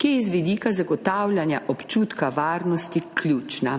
ki je z vidika zagotavljanja občutka varnosti ključna.